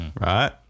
Right